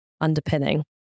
underpinning